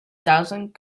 thousand